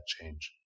change